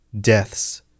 deaths